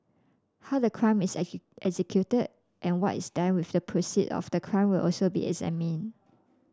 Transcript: how the crime is executed and what is done with the proceeds of the crime will also be examined